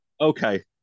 Okay